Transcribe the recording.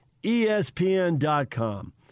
ESPN.com